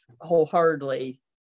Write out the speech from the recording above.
wholeheartedly